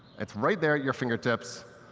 it's right there at your fingertips.